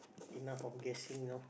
enough of guessing no